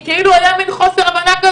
היה מן חוסר הבנה,